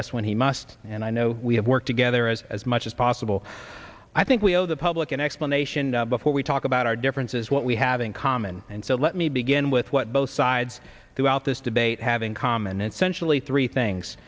us when he must and i know we have work together as as much as possible i think we owe the public an explanation before we talk about our differences what we have in common and so let me begin with what both sides throughout this debate have in common and sensually three things